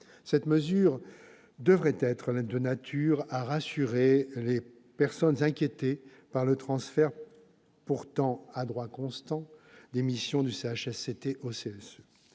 Cette mesure devrait être de nature à rassurer les personnes inquiétées par le transfert, pourtant à droit constant, des missions du comité